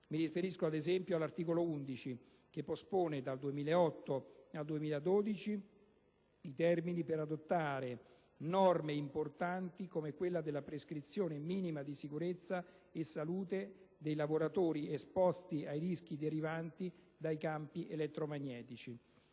Mi riferisco, ad esempio, all'articolo 11, che pospone dal 2008 al 2012 i termini per adottare norme importanti come quella sulle prescrizioni minime di sicurezza e salute dei lavoratori esposti ai rischi derivanti dai campi elettromagnetici.